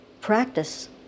practice